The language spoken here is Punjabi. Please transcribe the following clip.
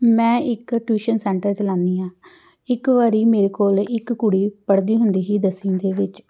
ਮੈਂ ਇੱਕ ਟਿਊਸ਼ਨ ਸੈਂਟਰ ਚਲਾਉਂਦੀ ਹਾਂ ਇੱਕ ਵਾਰੀ ਮੇਰੇ ਕੋਲ ਇੱਕ ਕੁੜੀ ਪੜ੍ਹਦੀ ਹੁੰਦੀ ਸੀ ਦਸਵੀਂ ਦੇ ਵਿੱਚ